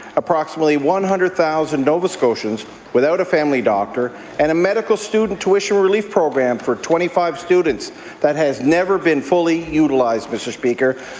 approximately one hundred thousand nova scotians without a family doctor, and a medical student tuition relief program for twenty five students that has never been fully utilized, mr. speaker.